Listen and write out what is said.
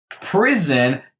Prison